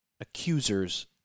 accusers